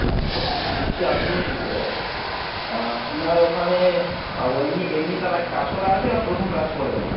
আচ্ছা বলছি আপনি আপনার ওখানে এমনি এমনি তার আগে কাজ করা আছে না প্রথম কাজ করবেন